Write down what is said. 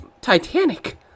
Titanic